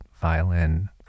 violin